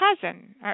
cousin